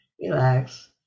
Relax